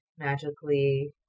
Magically